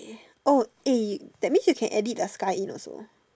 oh eh that means you can edit the sky in also